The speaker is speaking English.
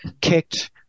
kicked